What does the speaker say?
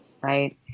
right